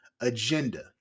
Agenda